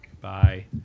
Bye